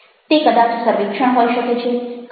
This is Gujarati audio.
તે કદાચ સર્વેક્ષણ હોઈ શકે છે